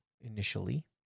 initially